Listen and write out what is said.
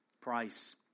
price